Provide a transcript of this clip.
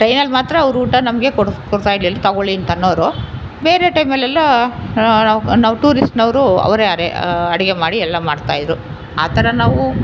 ಟ್ರೈನಲ್ಲಿ ಮಾತ್ರ ಅವರು ಊಟ ನಮಗೆ ಕೊಡ್ಸಿ ಕೊಡ್ತಾಯಿರ್ಲಿಲ್ಲ ತಗೊಳ್ಳಿ ಅಂತ ಅನ್ನೋರು ಬೇರೆ ಟೈಮಲೆಲ್ಲ ನಾವು ನಾವು ಟೂರಿಸ್ಟ್ನವರು ಅವರೇ ಅರೆ ಅಡುಗೆ ಮಾಡಿ ಎಲ್ಲ ಮಾಡ್ತಾಯಿದ್ರು ಆ ಥರ ನಾವು